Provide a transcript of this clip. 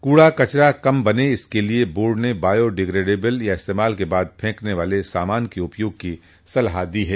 कूड़ा कचरा कम बने इसके लिए बोर्ड ने बायो डिग्रेडेबल या इस्तेमाल के बाद फैंकने वाले सामान के उपयोग की सलाह दी है